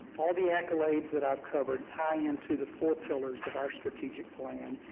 all the accolades that i've covered tie into the four pillars of our strategic plan,